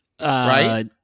right